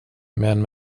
men